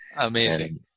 Amazing